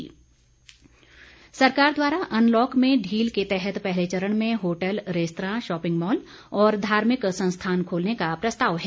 प्रशिक्षण सरकार द्वारा अनलॉक में ढील के तहत पहले चरण में होटल रैस्तरां शॉपिंग मॉल और धार्मिक संस्थान खोलने का प्रस्ताव है